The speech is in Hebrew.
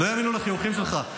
לא יאמינו לחיוכים שלך,